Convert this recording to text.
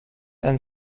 and